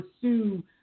pursue